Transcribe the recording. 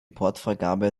portfreigabe